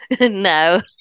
No